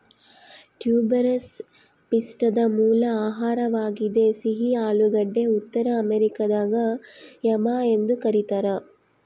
tuberous ಪಿಷ್ಟದ ಮೂಲ ಆಹಾರವಾಗಿದೆ ಸಿಹಿ ಆಲೂಗಡ್ಡೆ ಉತ್ತರ ಅಮೆರಿಕಾದಾಗ ಯಾಮ್ ಎಂದು ಕರೀತಾರ